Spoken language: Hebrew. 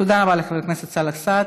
תודה לחבר הכנסת סאלח סעד.